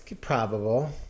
probable